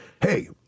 Hey